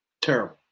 Terrible